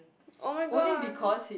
oh-my-god